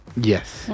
Yes